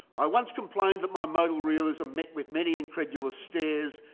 i once complained that my modal realism met with many incredulous stares,